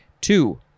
Two